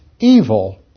evil